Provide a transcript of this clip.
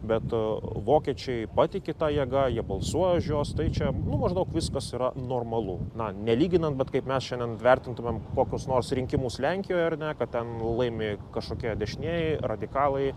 be vokiečiai patiki ta jėga jie balsuoja už juos tai čia maždaug viskas yra normalu na nelyginant bet kaip mes šiandien vertintumėm kokius nors rinkimus lenkijoj ar ne kad ten laimi kažkokie dešinieji radikalai